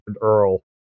Earl